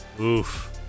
Oof